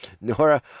Nora